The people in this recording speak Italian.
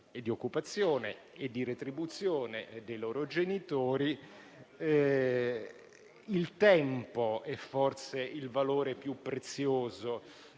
di occupazione e di retribuzione dei loro genitori. Il tempo è forse il valore più prezioso